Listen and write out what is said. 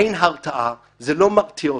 אין הרתעה, זה לא מרתיע אותם,